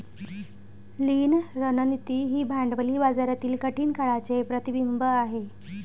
लीन रणनीती ही भांडवली बाजारातील कठीण काळाचे प्रतिबिंब आहे